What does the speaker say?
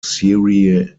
serie